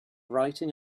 writing